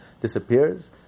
disappears